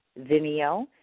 Vimeo